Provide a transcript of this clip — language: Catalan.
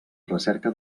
recerca